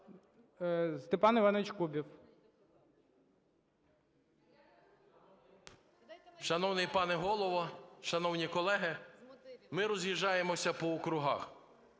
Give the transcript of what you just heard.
Шановний пане Голово, шановні колеги, ми роз'їжджаємося по округах.